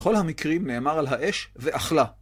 כל המקרים נאמר על האש ואכלה.